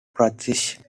pradesh